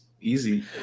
Easy